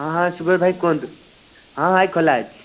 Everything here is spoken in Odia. ହଁ ହଁ ଶୁଭ ଭାଇ କୁହନ୍ତୁ ହଁ ଭାଇ ଖୋଲା ଅଛି